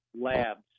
labs